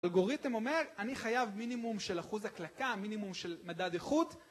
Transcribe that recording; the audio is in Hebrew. האלגוריתם אומר אני חייב מינימום של אחוז הקלקה, מינימום של מדד איכות